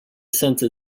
since